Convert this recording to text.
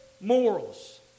morals